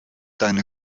deine